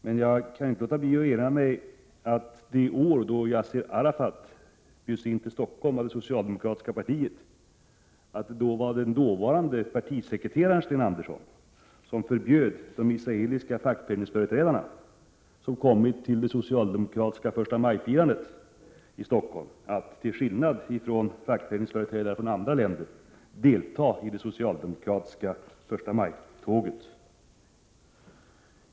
Men jag erinrar mig det år Yassir Arafat besökte Stockholm och det socialdemokratiska partiet. Då var det den dåvarande partisekreteraren Sten Andersson som förbjöd de israeliska fackföreningsföreträdarna, som kommit till Stockholm för att delta i det socialdemokratiska förstamajfirandet, att — till skillnad från fackföreningsföreträdare från andra länder — delta i det socialdemokratiska förstamajtåget.